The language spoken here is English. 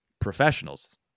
professionals